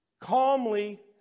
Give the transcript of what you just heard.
calmly